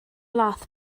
laeth